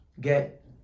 get